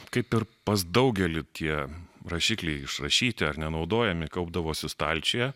kaip ir pas daugelį tie rašikliai išrašyti ar nenaudojami kaupdavosi stalčiuje